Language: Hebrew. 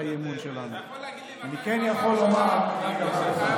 כשאני עולה, כולם לצאת.